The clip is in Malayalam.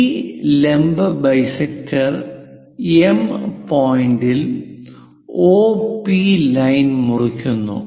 ഈ ലംബ ബൈസെക്ടർ എം പോയിന്റിൽ ഒപി ലൈൻ മുറിക്കുന്നു